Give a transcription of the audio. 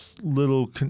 Little